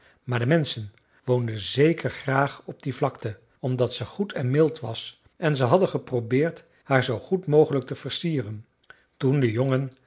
maar de menschen woonden zeker graag op die vlakte omdat ze goed en mild was en ze hadden geprobeerd haar zoo goed mogelijk te versieren toen de jongen